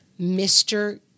Mr